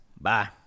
Bye